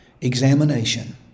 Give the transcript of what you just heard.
Examination